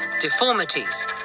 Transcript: deformities